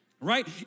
right